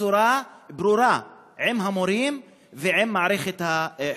בצורה ברורה עם המורים ועם מערכת החינוך.